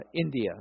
India